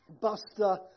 Buster